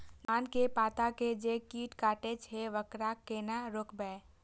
धान के पत्ता के जे कीट कटे छे वकरा केना रोकबे?